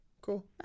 cool